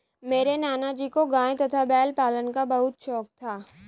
मेरे नाना जी को गाय तथा बैल पालन का बहुत शौक था